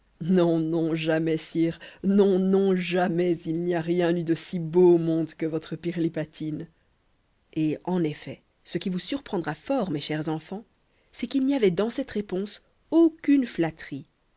non non jamais sire non non jamais il n'y a rien eu de si beau au monde que votre pirlipatine et en effet ce qui vous surprendra fort mes chers enfants c'est qu'il n'y avait dans cette réponse aucune flatterie